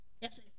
yes